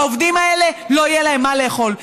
העובדים האלה, לא יהיה להם מה לאכול.